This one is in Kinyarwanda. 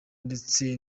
ndetse